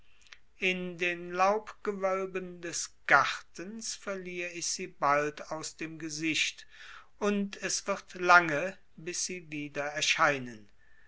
in den laubgewölben des gartens verlier ich sie bald aus dem gesicht und es wird lange bis sie wieder erscheinen